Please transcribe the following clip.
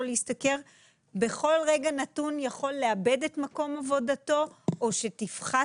להשתכר בכל רגע נתון יכול לאבד את מקום עבודתו או שתפחת